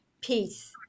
peace